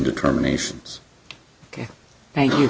determinations ok thank you